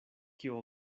kio